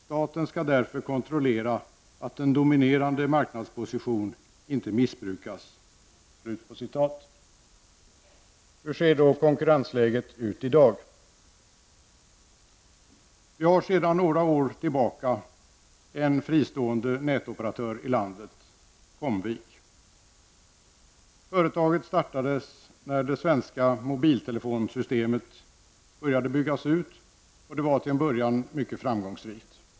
Staten skall därför kontrollera att en dominerande marknadsposition inte missbrukas''. Hur ser då konkurrensläget ut i dag? Vi har sedan några år tillbaka en fristående nätoperatör i landet -- Comvik. Företaget startades när det svenska mobiltelefonsystemet började byggas ut, och det var till en början mycket framgångsrikt.